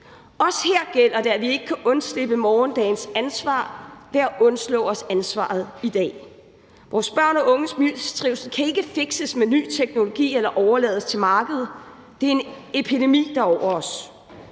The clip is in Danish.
Også her gælder det, at vi ikke kan undslippe morgendagens ansvar ved at undslå os ansvaret i dag. Vores børn og unges mistrivsel kan ikke fikses med ny teknologi eller overlades til markedet. Det er en epidemi, der er over os.